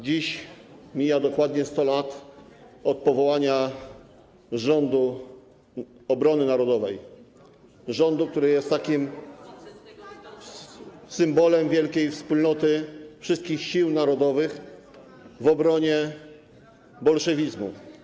Dziś mija dokładnie 100 lat od powołania Rządu Obrony Narodowej, rządu, który jest symbolem wielkiej wspólnoty, jednoczenia wszystkich sił narodowych w obronie bolszewizmu.